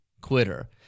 quitter